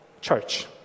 church